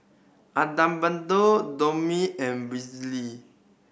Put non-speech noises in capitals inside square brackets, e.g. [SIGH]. Adalberto Tomie and [UNINTELLIGIBLE]